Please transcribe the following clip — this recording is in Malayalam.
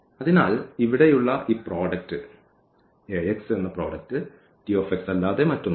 അതിനാൽ ഇവിടെയുള്ള ഈ പ്രോഡക്റ്റ് അല്ലാതെ മറ്റൊന്നുമല്ല